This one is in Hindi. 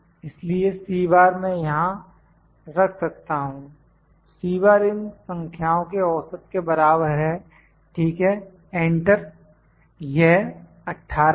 इसलिए मैं यहां रख सकता हूं इन संख्याओं के औसत के बराबर है ठीक है एंटर यह 18 है